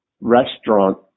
restaurant